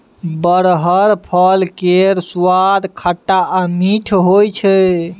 बरहर फल केर सुआद खट्टा आ मीठ होइ छै